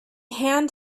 hand